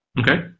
okay